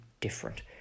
different